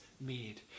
made